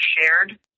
shared